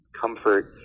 comfort